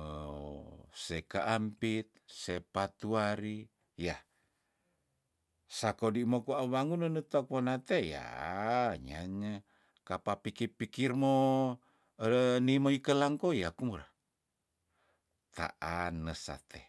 seka ampit sepatuari yah sako di mo kwa wewangun nenetok wonate yah nyanya kapa piki- pikir moereni moikelangkou yah kumura taan nesate